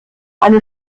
eine